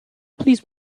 please